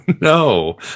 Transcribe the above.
no